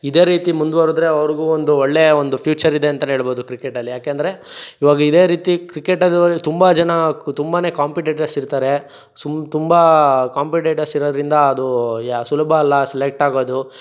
ಇದೇ ರೀತಿ ಮುಂದುವರೆದರೆ ಅವ್ರಿಗೂ ಒಂದು ಒಳ್ಳೆಯ ಒಂದು ಫ್ಯೂಚರ್ ಇದೆ ಅಂತಾನೆ ಹೇಳ್ಬೋದು ಕ್ರಿಕೆಟಲ್ಲಿ ಯಾಕೆಂದರೆ ಈವಾಗ ಇದೇ ರೀತಿ ಕ್ರಿಕೆಟ್ ಅದು ಅಲ್ಲಿ ತುಂಬ ಜನ ತುಂಬಾ ಕಾಂಪಿಟೇಟರ್ಸ್ ಇರ್ತಾರೆ ಸುಮ್ ತುಂಬ ಕಾಂಪಿಟೇಟರ್ಸ್ ಇರೋದ್ರಿಂದ ಅದು ಸುಲಭ ಅಲ್ಲ ಸೆಲೆಕ್ಟ್ ಆಗೋದು